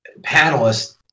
panelists